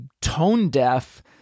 tone-deaf